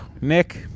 Nick